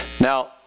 Now